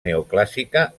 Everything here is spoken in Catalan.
neoclàssica